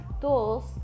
tools